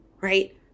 right